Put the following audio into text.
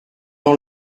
dans